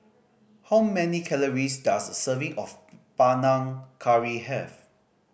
how many calories does a serving of Panang Curry have